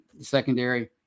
secondary